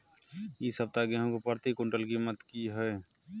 इ सप्ताह गेहूं के प्रति क्विंटल कीमत की हय?